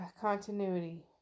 continuity